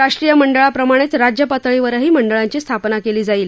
राष्ट्रीय मंडळाप्रमाणेच राज्य पातळीवरही मंडळांची स्थापना केली जाईल